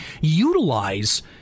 utilize